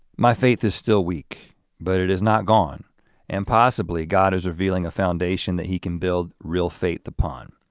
my faith is still weak but it is not gone and possibly, god is revealing a foundation that he can build real faith upon.